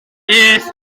beth